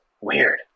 weird